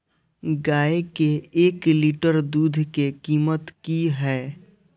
गाय के एक लीटर दूध के कीमत की हय?